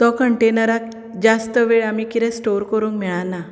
तो कंटेनराक जास्त वेळ आमी कितें स्टोर करूंक मेळना